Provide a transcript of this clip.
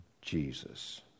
Jesus